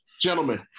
Gentlemen